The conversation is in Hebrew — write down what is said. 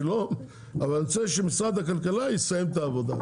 אבל אני רוצה שמשרד הכלכלה יסיים את העבודה,